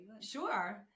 Sure